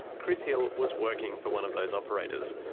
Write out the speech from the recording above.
chris hill was working for one of those operators,